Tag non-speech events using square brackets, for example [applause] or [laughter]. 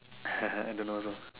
[laughs] I don't know also